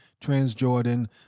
Transjordan